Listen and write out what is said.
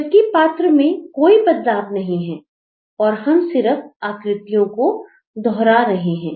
जबकि पात्र में कोई बदलाव नहीं है और हम सिर्फ आकृतियों को दोहरा रहे हैं